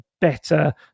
better